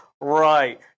right